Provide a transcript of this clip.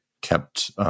kept